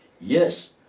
Yes